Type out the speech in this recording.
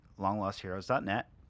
longlostheroes.net